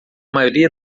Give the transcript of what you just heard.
maioria